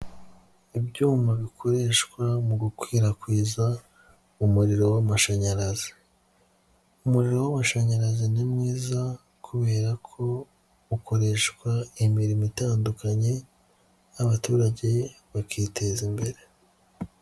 Ibyuma bikoreshwa mu gukwirakwiza umuriro w'amashanyarazi, umuriro w'amashanyarazi ni mwiza kubera ko ukoreshwa imirimo itandukanye, abaturage bakiteza imbere.